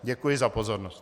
Děkuji za pozornost.